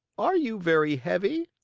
are you very heavy?